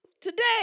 Today